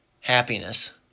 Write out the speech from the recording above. happiness